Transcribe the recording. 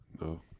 No